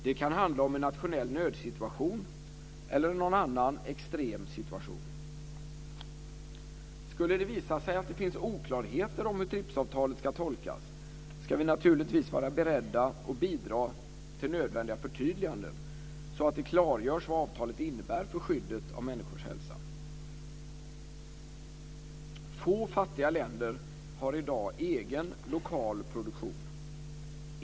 Det kan handla om en nationell nödsituation eller om någon annan extrem situation. Skulle det visa sig att det finns oklarheter om hur TRIPS-avtalet ska tolkas, ska vi naturligtvis vara beredda att bidra till nödvändiga förtydliganden så att det klargörs vad avtalet innebär för skyddet av människors hälsa. Få fattiga länder har i dag egen lokal produktion.